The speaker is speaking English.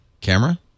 Camera